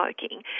smoking